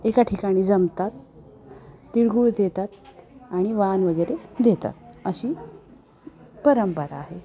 एका ठिकाणी जमतात तिळगूळ देतात आणि वाण वगैरे देतात अशी परंपरा आहे